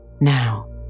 Now